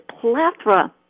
plethora